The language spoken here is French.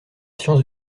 science